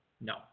no